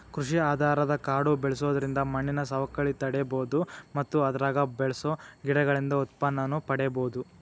ಕೃಷಿ ಆಧಾರದ ಕಾಡು ಬೆಳ್ಸೋದ್ರಿಂದ ಮಣ್ಣಿನ ಸವಕಳಿ ತಡೇಬೋದು ಮತ್ತ ಅದ್ರಾಗ ಬೆಳಸೋ ಗಿಡಗಳಿಂದ ಉತ್ಪನ್ನನೂ ಪಡೇಬೋದು